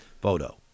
photo